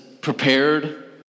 prepared